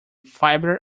fibre